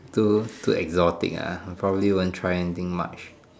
too too exotic ah I probably won't try anything much